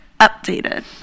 updated